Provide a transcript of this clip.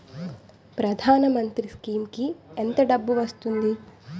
ప్రధాన మంత్రి స్కీమ్స్ కీ ఎంత డబ్బు వస్తుంది?